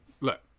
look